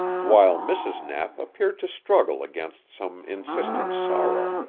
while mrs. knapp appeared to struggle against some insistent sorrow.